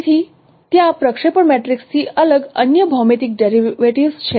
તેથી ત્યાં પ્રક્ષેપણ મેટ્રિક્સથી અલગ અન્ય ભૌમિતિક ડેરિવેટિવ્ઝ છે